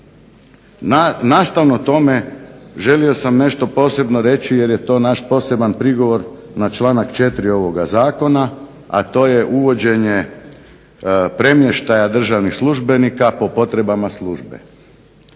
Nastavno tome želio sam nešto posebno reći jer je to naš poseban prigovor na članak 4. ovoga zakona a to je uvođenje premještaja državnih službenika po potrebama službe.